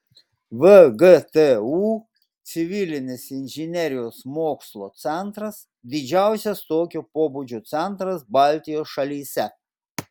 vgtu civilinės inžinerijos mokslo centras didžiausias tokio pobūdžio centras baltijos šalyse